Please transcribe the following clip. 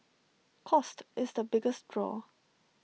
cost is the biggest draw